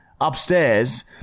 upstairs